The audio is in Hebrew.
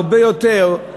הרבה יותר מכך